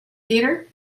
theater